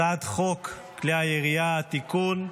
הצעת חוק כלי הירייה (תיקון,